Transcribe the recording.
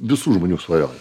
visų žmonių svajonė